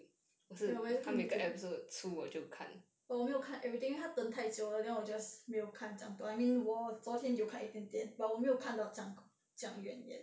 ya 我也是看 youtube oh 我没有看 everyday 他等太久了 then 我 just 没有看这样多 I mean 我昨天有看一点点 but 我没有看到这样这样远 yet